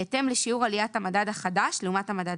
בהתאם לשיעור עליית המדד החדש לעומת המדד